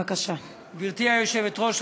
גברתי היושבת-ראש,